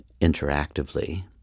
interactively